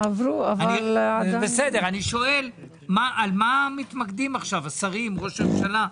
אני שואל על מה מתמקדים עכשיו השרים, ראש הממשלה?